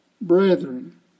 brethren